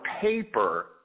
paper